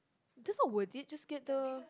just not worth it just get the